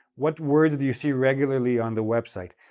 what words do you see regularly on the website?